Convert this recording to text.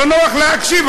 לא נוח להקשיב,